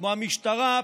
כמו המשטרה,